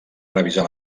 revisar